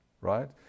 Right